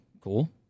cool